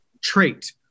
trait